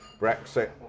Brexit